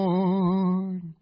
Lord